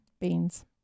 Beans